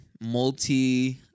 Multi